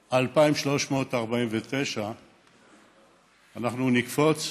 2,349. אנחנו נקפוץ